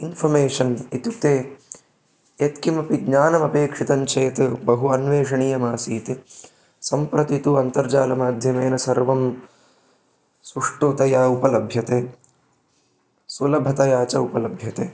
information इत्युक्ते यत्किमपि ज्ञानमपेक्षितञ्चेत् बहु अन्वेषणीयमासीत् सम्प्रति तु अन्तर्जालमाध्यमेन सर्वं सुष्ठुतया उपलभ्यते सुलभतया च उपलभ्यते